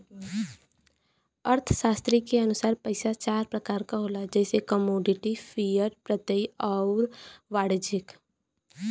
अर्थशास्त्री के अनुसार पइसा चार प्रकार क होला जइसे कमोडिटी, फिएट, प्रत्ययी आउर वाणिज्यिक